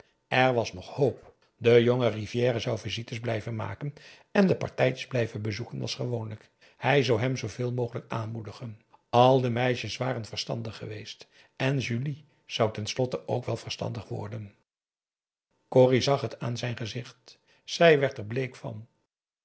er was nog hoop de jonge rivière zou visites blijven maken en de partijtjes blijven bezoeken als gewoonlijk hij zou hem zooveel mogelijk p a daum hoe hij raad van indië werd onder ps maurits aanmoedigen al de meisjes waren verstandig geweest en julie zou ten slotte ook wel verstandig worden corrie zag het aan zijn gezicht zij werd er bleek van